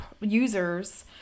users